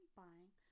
buying